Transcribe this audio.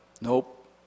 Nope